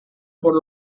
por